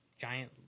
giant